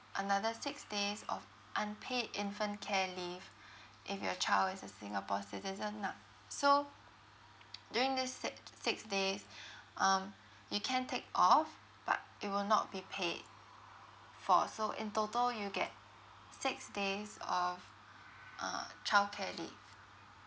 another six days of unpaid infant care leave if your child is a singapore citizen lah so during this sic~ six days um you can take off but it will not be paid for so in total you get six days of uh childcare leave